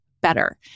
better